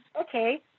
Okay